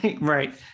Right